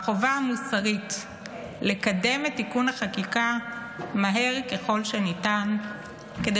החובה המוסרית לקדם את תיקון החקיקה מהר ככל הניתן כדי